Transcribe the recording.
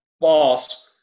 boss –